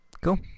cool